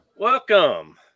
Welcome